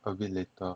a bit later